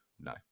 no